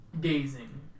gazing